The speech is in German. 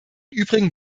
übrigen